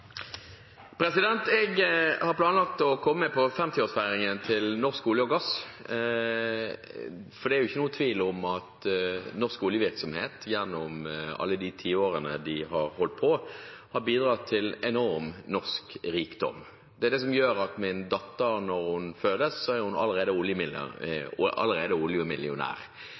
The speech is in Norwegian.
har planlagt å komme på 50-årsfeiringen til Norsk olje og gass, for det er jo ingen tvil om at norsk oljevirksomhet gjennom alle de tiårene de har holdt på, har bidratt til enorm norsk rikdom. Det er det som gjør at min datter allerede var oljemillionær da hun ble født. Samtidig er